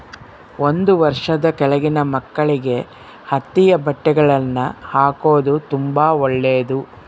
ಒಂದು ವರ್ಷದ ಕೆಳಗಿನ ಮಕ್ಕಳಿಗೆ ಹತ್ತಿಯ ಬಟ್ಟೆಗಳ್ನ ಹಾಕೊದು ತುಂಬಾ ಒಳ್ಳೆದು